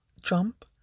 jump